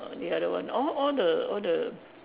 uh the other one all all the all the